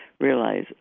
realize